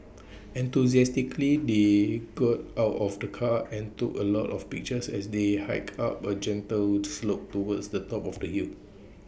enthusiastically they got out of the car and took A lot of pictures as they hiked up A gentle slope towards the top of the hill